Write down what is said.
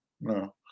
no